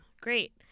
great